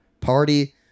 party